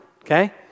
okay